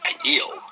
ideal